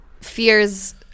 fears